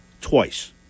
twice